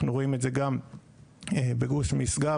אנחנו רואים את זה גם בגוש משגב,